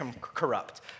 corrupt